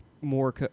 more